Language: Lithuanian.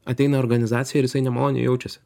ateina į organizaciją ir jis nemaloniai jaučiasi